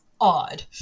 odd